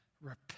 repent